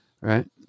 Right